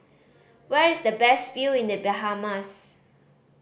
where is the best view in The Bahamas